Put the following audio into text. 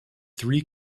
three